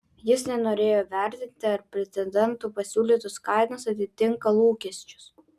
jis nenorėjo vertinti ar pretendentų pasiūlytos kainos atitinka lūkesčius